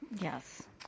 Yes